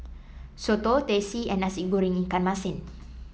Soto Teh C and Nasi Goreng Ikan Masin